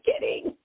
kidding